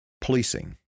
policing